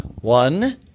One